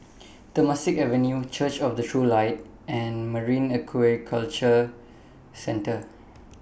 Temasek Avenue Church of The True Light and Marine Aquaculture Centre